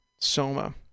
Soma